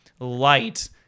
light